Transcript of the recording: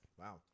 Wow